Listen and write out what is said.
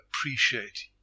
appreciate